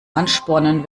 anspornen